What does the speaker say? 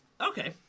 Okay